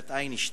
אלברט איינשטיין.